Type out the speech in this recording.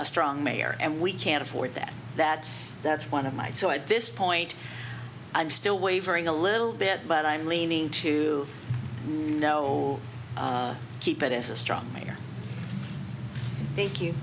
a strong mayor and we can't afford that that's that's one of my so at this point i'm still wavering a little bit but i'm leaning to no keep it as a strong leader thank you